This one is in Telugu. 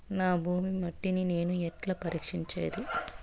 నా భూమి మట్టిని నేను ఎట్లా పరీక్షించేది?